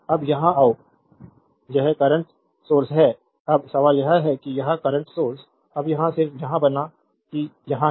अब यहां आओ यह करंट सोर्स है अब सवाल यह है कि यह करंट सोर्स अब यहां सिर्फ यहां बना ही यहां है